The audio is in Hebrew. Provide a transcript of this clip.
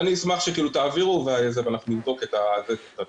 אז אני אשמח שתעבירו ואנחנו נבדוק את הטענות.